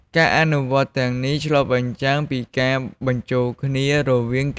ការអនុវត្តន៍ទាំងនេះឆ្លុះបញ្ចាំងពីការបញ្ចូលគ្នារវាងកីឡា និងអបិយជំនឿក្នុងសង្គមខ្មែរ។